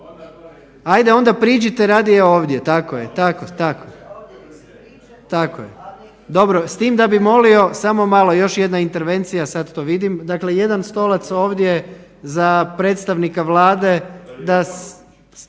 ajde onda priđite radije ovdje. Dobro, s tim da bi molio, samo malo još jedna intervencija sad to vidim, dakle jedan stolac ovdje za predstavnika Vlade,